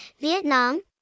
Vietnam